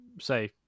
say